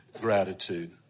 gratitude